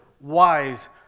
wise